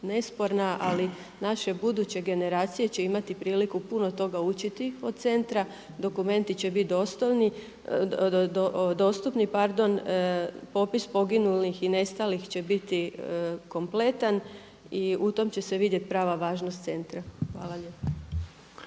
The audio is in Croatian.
nesporna, ali naše buduće generacije će imati priliku puno toga učiti od centra, dokumenti će biti dostupni, popis poginulih i nestalih će biti kompletan i u tome će se vidjeti prava važnost centra. Hvala lijepa.